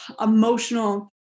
emotional